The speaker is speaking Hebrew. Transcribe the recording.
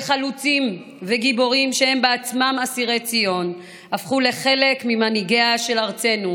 שחלוצים וגיבורים שהם בעצמם אסירי ציון הפכו לחלק ממנהיגיה של ארצנו,